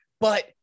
but-